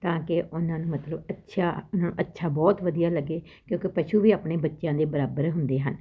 ਤਾਂ ਕਿ ਉਹਨਾਂ ਨੂੰ ਮਤਲਬ ਅੱਛਾ ਅੱਛਾ ਬਹੁਤ ਵਧੀਆ ਲੱਗੇ ਕਿਉਂਕਿ ਪਸ਼ੂ ਵੀ ਆਪਣੇ ਬੱਚਿਆਂ ਦੇ ਬਰਾਬਰ ਹੁੰਦੇ ਹਨ